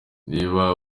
niba